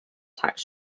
tax